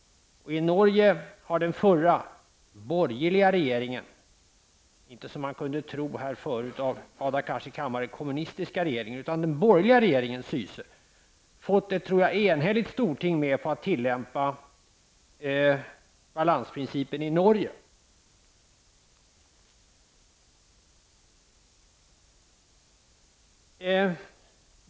I Norge har den förra borgerliga regeringen Syse -- inte den kommunistiska regeringen som man skulle kunna tro efter att ha hört Hadar Cars inlägg i kammaren -- fått ett enigt storting med på att tillämpa balansprincipen i Norge.